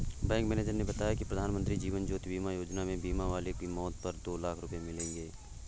bank manager ने बताया कि प्रधानमंत्री जीवन ज्योति बीमा योजना में बीमा वाले की मौत पर दो लाख रूपये मिलेंगे